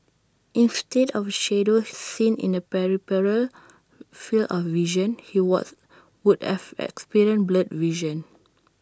instead of A shadow seen in the peripheral field of vision he was would have experienced blurred vision